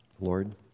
Lord